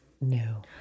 No